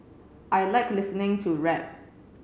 I like listening to rap